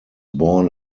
born